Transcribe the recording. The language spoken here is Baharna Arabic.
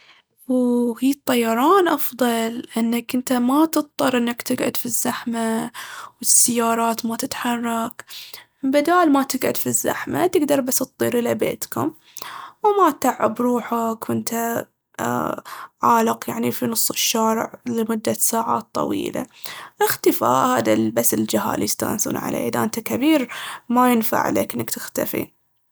هي الطيران أفضل لأنك ما تضطر تقعد في الزحمة والسيارات ما تتحرك. امبدال ما تقعد في الزحمة تقدر بس تطير إلى بيتكم و ما تتعب روحك وانته عالق يعني في نص الشارع لمدة ساعات طويلة. الاختفاء هذا بس الجهال يستانسون عليه، اذا انته كبير ما ينفع اليك انك تختفي.